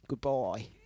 Goodbye